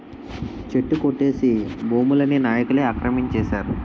చెట్లు కొట్టేసి భూముల్ని నాయికులే ఆక్రమించేశారు